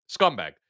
Scumbag